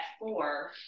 four